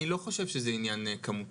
אני לא חושב שזה עניין כמותי,